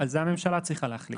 לא, על זה הממשלה צריכה להחליט.